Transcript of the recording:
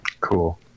Cool